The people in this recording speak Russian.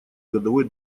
годовой